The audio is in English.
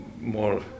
more